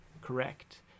correct